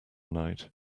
night